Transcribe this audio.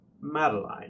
Madeline